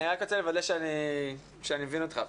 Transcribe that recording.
אני רק רוצה לוודא שאני מבין אותך.